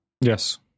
yes